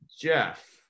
Jeff